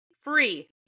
free